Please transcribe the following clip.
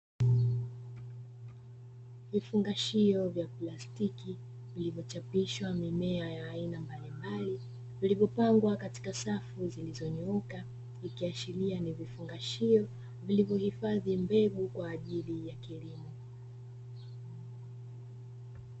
Vifungashio vya plastiki vilivyochapishwa mimea ya aina mbalimbali, vilivyopangwa katika safu zilizonyooka, ikiashiria ni vifungashio vilivyohifadhi mbegu kwa ajili ya kilimo.